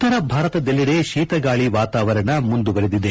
ಉತ್ತರ ಭಾರತದೆಲ್ಲೆಡೆ ಶೀತಗಾಳಿ ವಾತಾವರಣ ಮುಂದುವರೆದಿದೆ